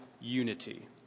unity